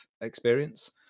experience